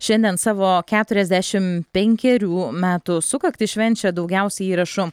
šiandien savo keturiasdešim penkerių metų sukaktį švenčia daugiausiai įrašų